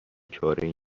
چارهای